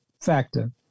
factor